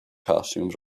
costumes